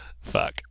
Fuck